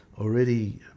already